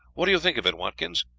what do you think of it, watkins?